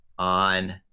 On